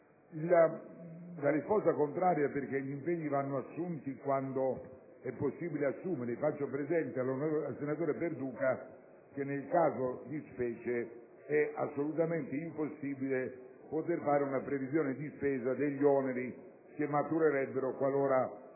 nasce dal fatto che gli impegni vanno assunti quando è possibile farlo; faccio presente al senatore Perduca che, nel caso di specie, è assolutamente impossibile fare una previsione di spesa degli oneri che maturerebbero qualora